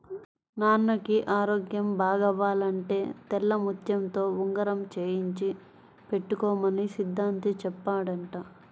నాన్నకి ఆరోగ్యం బాగవ్వాలంటే తెల్లముత్యంతో ఉంగరం చేయించి పెట్టుకోమని సిద్ధాంతి చెప్పాడంట